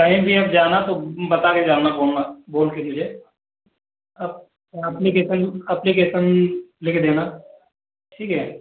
कही भी अब जाना तो बता के जाना बोलना बोल के अप अप्लीकेशन अप्लीकेशन लिख देना ठीक है